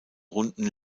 runden